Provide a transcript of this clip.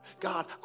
God